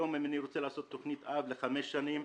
אם אני רוצה לעשות היום תוכנית אב לחמש שנים,